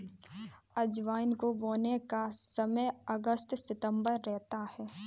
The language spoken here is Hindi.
अजवाइन को बोने का समय अगस्त सितंबर रहता है